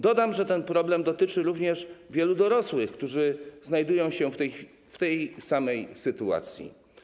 Dodam, że ten problem dotyczy również wielu dorosłych, którzy znajdują się w tej samej sytuacji.